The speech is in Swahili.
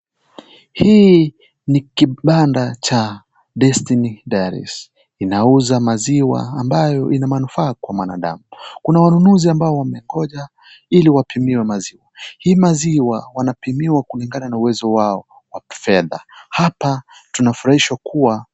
Hii ni kibanda cha Destiny Diaries, inauza maziwa, ambayo ina manufaa kwa mwanadamu. Kuna wanunuzi ambao wamengoja, ili wapimiwe maziwa. Hii maziwa wanapiwa kulingana na uwezo wao wa kifedha. Hapa tunafurahishwa kuwa.